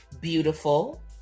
Beautiful